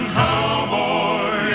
cowboy